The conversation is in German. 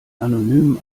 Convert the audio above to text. anonymen